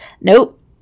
nope